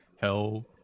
hell